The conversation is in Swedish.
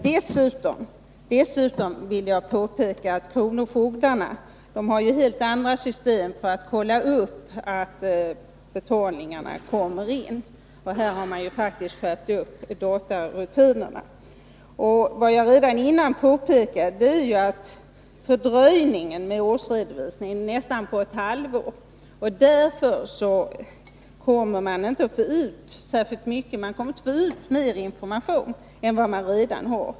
Dessutom vill jag påpeka att kronofogdarna har helt andra system för att kolla upp att betalningarna kommer in. Här har man ju faktiskt skärpt datarutinerna. Vad jag redan tidigare påpekat är fördröjningen med årsredovisningen på nästan ett halvår. Därigenom kommer man inte att få ut särskilt mycket mer information än vad man redan har.